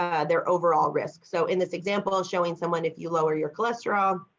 their overall risk. so in this example showing someone if you lower your cholesterol,